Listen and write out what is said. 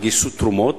וגייסו תרומות.